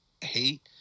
hate